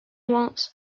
waltz